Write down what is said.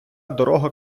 дорога